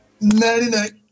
Nighty-night